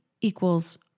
equals